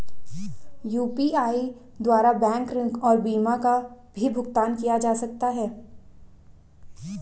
UPI द्वारा bank ऋण और बीमा का भी भुगतान किया जा सकता है?